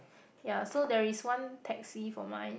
ya so there is one Taxi for mine